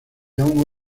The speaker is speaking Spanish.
aún